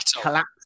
collapse